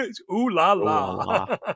ooh-la-la